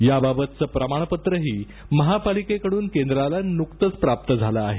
याबाबतचं प्रमाणपत्रही महापालिकेकडून केंद्राला नुकतच प्राप्त झालं आहे